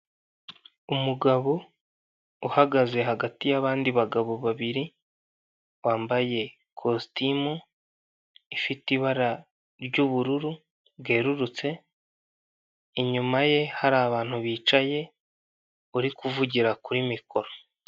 Umugabo uhagaze hagati y'abandi bagabo babiri, wambaye kositimu ifite ibara ry'ubururu bwerurutse, inyuma ye hari abantu bicaye, uri kuvugira kuri mikoro.